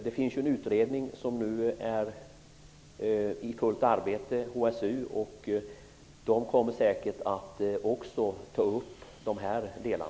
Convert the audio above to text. Det finns ju en utredning som nu är i fullt arbete, HSU. Den kommer säkert även att ta upp dessa delar.